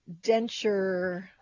denture